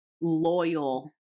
loyal